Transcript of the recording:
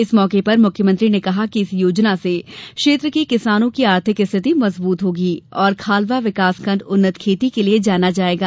इस मौके पर मुख्यमंत्री ने कहा कि इस योजना से क्षेत्र की किसानों की आर्थिक स्थिति मजबूत होगी और खालवा विकासखंड उन्नत खेती के लिये जाना जायेगा